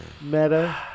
meta